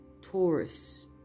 taurus